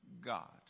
God